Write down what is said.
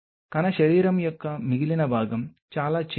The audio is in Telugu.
కణ శరీరం యొక్క మిగిలిన భాగం చాలా చిన్నది